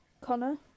Connor